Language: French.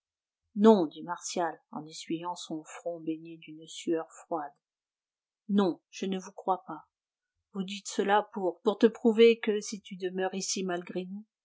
non dit martial en essuyant son front baigné d'une sueur froide non je ne vous crois pas vous dites cela pour pour te prouver que si tu demeures ici malgré nous